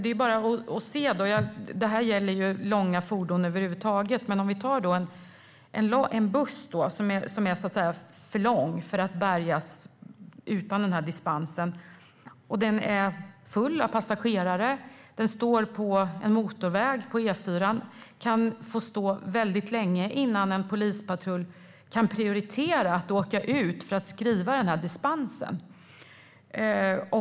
Det är bara att se på detta: Det gäller långa fordon över huvud taget. En buss som är för lång för att bärgas utan dispens och som är full av passagerare och står på en motorväg, E4:an, kan få stå länge innan en polispatrull kan prioritera att åka ut för att skriva dispensen.